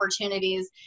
opportunities